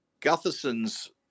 Gutherson's